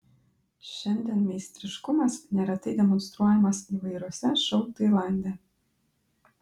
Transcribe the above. šiandien meistriškumas neretai demonstruojamas įvairiuose šou tailande